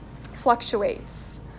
fluctuates